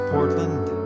Portland